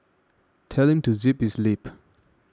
tell him to zip his lip